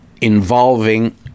involving